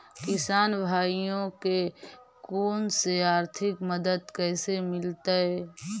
किसान भाइयोके कोन से आर्थिक मदत कैसे मीलतय?